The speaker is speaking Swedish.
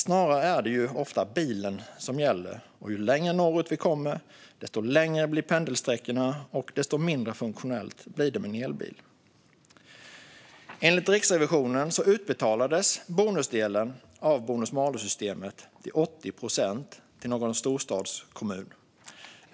Ofta är det snarare bilen som gäller. Ju längre norrut man kommer, desto längre blir pendlingssträckorna och desto mindre funktionellt blir det med en elbil. Enligt Riksrevisionen utbetalades bonusdelen i bonus-malus-systemet till 80 procent till någon storstadskommun.